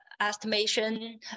estimation